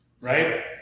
Right